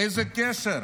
איזה קשר?